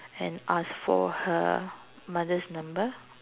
and asked for her mother's number